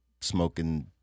smoking